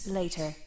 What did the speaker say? later